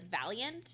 valiant